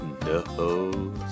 No